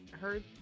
Heard